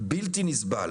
בלתי נסבל.